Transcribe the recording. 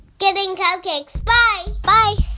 getting crab cakes. bye bye